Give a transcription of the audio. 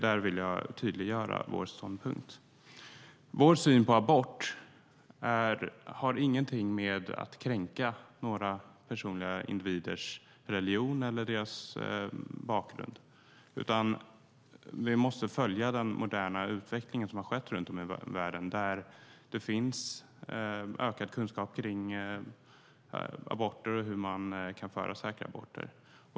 Där vill jag tydliggöra vår ståndpunkt. Vår syn på abort har ingenting att göra med att kränka några individers religion eller bakgrund. Vi måste följa den moderna utveckling som har skett runt om i världen där det finns ökad kunskap kring aborter och hur man kan utföra säkra aborter.